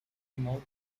mouth